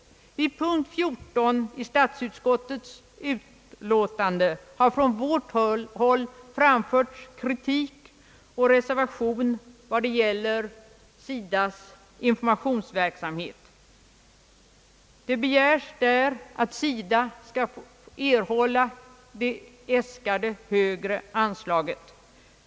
Vid punkt 14 i statsutskottets utlåtande nr 53 har från vårt håll framförts en reservation för SIDA:s informationsverksamhet. Vi begär där att SIDA skall erhålla det äskade högre anslaget.